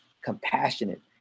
compassionate